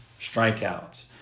strikeouts